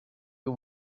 you